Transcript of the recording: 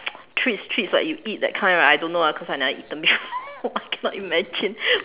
treats treats like you eat that kind right I don't know because I never eaten before I cannot imagine